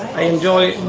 i enjoy